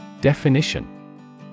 Definition